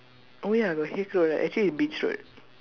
oh ya got Haig Road right actually is Beach Road